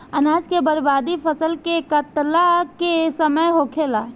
अनाज के बर्बादी फसल के काटला के समय होखेला